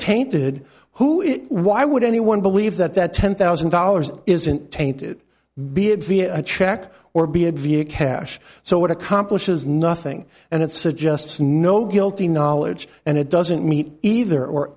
tainted who it why would anyone believe that that ten thousand dollars isn't tainted be it via a check or b it via cash so what accomplishes nothing and it suggests no guilty knowledge and it doesn't meet either or